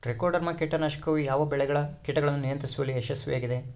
Trichoderma ಕೇಟನಾಶಕವು ಯಾವ ಬೆಳೆಗಳ ಕೇಟಗಳನ್ನು ನಿಯಂತ್ರಿಸುವಲ್ಲಿ ಯಶಸ್ವಿಯಾಗಿದೆ?